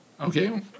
okay